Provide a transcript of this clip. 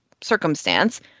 circumstance